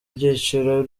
byiciro